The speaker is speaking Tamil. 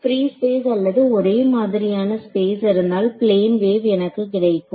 பிரீ ஸ்பேஸ் அல்லது ஒரே மாதிரியான ஸ்பேஸ் இருந்தால் பிளேன் வேவ் எனக்கு கிடைக்கும்